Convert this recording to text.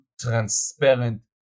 transparent